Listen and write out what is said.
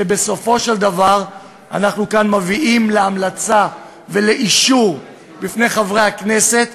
ובסופו של דבר אנחנו מביאים כאן להמלצה ולאישור בפני חברי הכנסת,